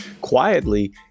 quietly